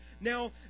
Now